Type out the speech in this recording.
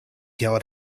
yard